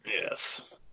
Yes